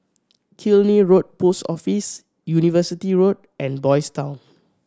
Killiney Road Post Office University Road and Boys' Town